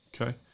Okay